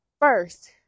first